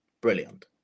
brilliant